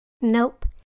Nope